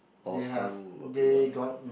or some will be running